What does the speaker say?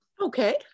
Okay